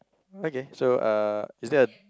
okay so uh is there a